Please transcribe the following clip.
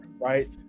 right